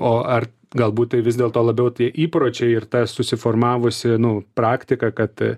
o ar galbūt tai vis dėlto labiau tie įpročiai ir ta susiformavusi nu praktika kad